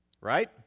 Right